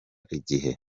igihe